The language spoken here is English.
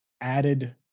added